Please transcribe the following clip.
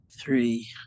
three